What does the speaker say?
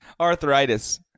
arthritis